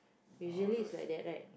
usually is like that right